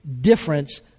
difference